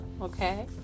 Okay